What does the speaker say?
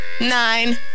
nine